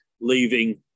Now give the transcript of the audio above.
leaving